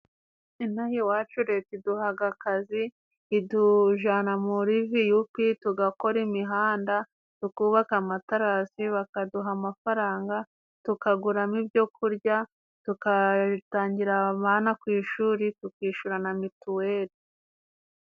Ino aha iwacu Leta iduhaga akazi. Itujana muri viyupi tugakora imihanda tukubaka amatarasi bakaduha amafaranga, tukaguramo ibyo kurya, tukatangira abana ku ishuri, tukishyurana na mituweli.